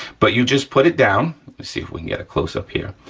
but you just put it down, let's see if we can get a close-up here.